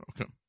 Okay